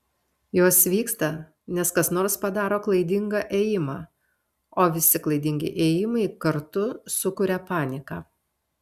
jos vyksta nes kas nors padaro klaidingą ėjimą o visi klaidingi ėjimai kartu sukuria paniką